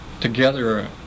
together